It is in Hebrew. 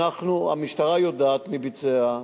המשטרה יודעת מי ביצע,